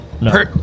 No